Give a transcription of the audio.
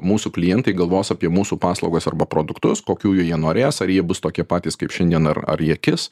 mūsų klientai galvos apie mūsų paslaugas arba produktus kokių jų jie norės ar jie bus tokie patys kaip šiandien ar ar jie kis